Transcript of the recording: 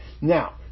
Now